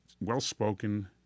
well-spoken